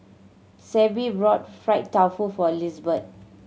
Sable brought fried tofu for Lizbeth